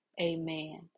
amen